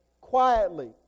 quietly